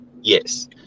yes